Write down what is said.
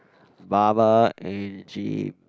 baba and gym